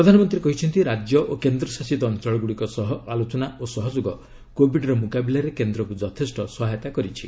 ପ୍ରଧାନମନ୍ତ୍ରୀ କହିଛନ୍ତି ରାଜ୍ୟ ଓ କେନ୍ଦ୍ର ଶାସିତ ଅଞ୍ଚଳଗୁଡ଼ିକ ସହ ଆଲୋଚନା ଓ ସହଯୋଗ କୋବିଡ୍ର ମୁକାବିଲାରେ କେନ୍ଦ୍ରକୁ ଯଥେଷ୍ଟ ସହାୟତା କରିଛି